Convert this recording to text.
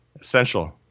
essential